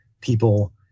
people